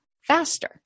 Faster